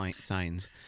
signs